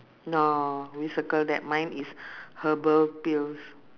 no you circle that mine is herbal pills